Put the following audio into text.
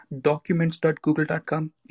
documents.google.com